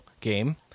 game